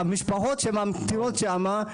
המשפחות שממתינות שמה,